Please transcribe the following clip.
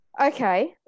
okay